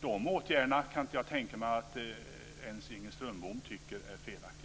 De åtgärderna kan jag inte tänka mig att ens Inger Strömbom tycker är felaktiga.